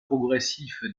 progressif